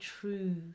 true